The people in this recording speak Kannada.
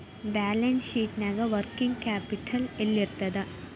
ಬ್ಯಾಲನ್ಸ್ ಶೇಟ್ನ್ಯಾಗ ವರ್ಕಿಂಗ್ ಕ್ಯಾಪಿಟಲ್ ಯೆಲ್ಲಿರ್ತದ?